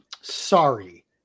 sorry